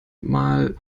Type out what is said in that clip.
mal